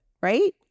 Right